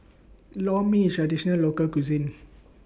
Lor Mee IS Traditional Local Cuisine